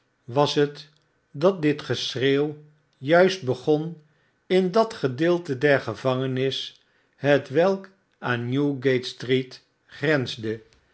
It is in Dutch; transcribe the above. was het dat dit geschreeuw juist begon in dat gem deelte der gevangenis hetwelk aan newgate-street grensde